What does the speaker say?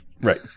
Right